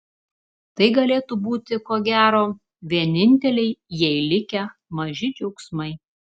tai galėtų būti ko gero vieninteliai jai likę maži džiaugsmai